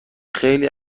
خیلی